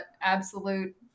absolute